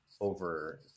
over